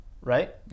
Right